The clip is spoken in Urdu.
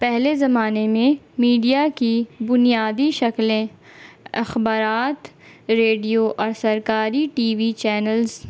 پہلے زمانے میں میڈیا کی بنیادی شکلیں اخبارات ریڈیو اور سرکاری ٹی وی چینلز